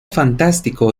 fantástico